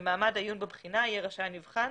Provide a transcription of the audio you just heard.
במעמד העיון בבחינה יהיה רשאי הנבחן